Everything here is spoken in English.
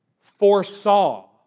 foresaw